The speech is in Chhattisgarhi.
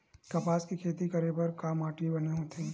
कपास के खेती करे बर का माटी बने होथे?